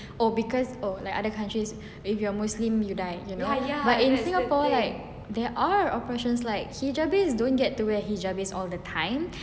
oh because oh like other countries if you are muslim you die you know but in singapore like there are oppressions like hijabi don't get to wear a hijab all the time